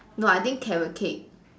no I think carrot cake